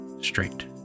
straight